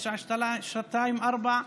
924,